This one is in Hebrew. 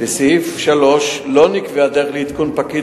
בסעיף 3 לא נקבעה דרך לעדכון פקיד